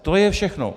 To je všechno.